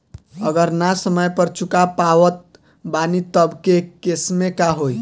अगर ना समय पर चुका पावत बानी तब के केसमे का होई?